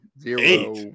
Zero